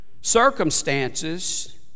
Circumstances